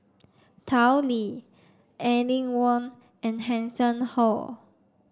Tao Li Aline Wong and Hanson Ho